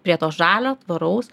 prie to žalio tvaraus